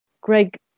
Greg